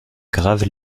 graves